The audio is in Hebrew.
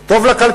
זה טוב לכלכלה,